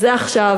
עכשיו,